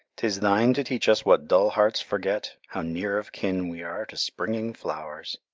tis thine to teach us what dull hearts forget how near of kin we are to springing flowers.